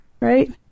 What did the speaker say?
right